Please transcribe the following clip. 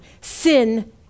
sin